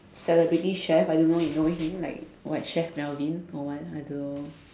celebrity chef I don't know you know him like what chef Melvin or what I don't know